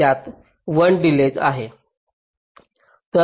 यात 1 डिलेज आहे